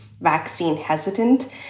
vaccine-hesitant